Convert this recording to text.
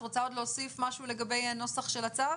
את רוצה עוד להוסיף משהו לגבי הנוסח של הצו?